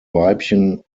weibchen